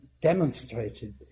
demonstrated